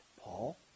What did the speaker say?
Paul